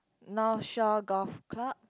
North Shore Golf Club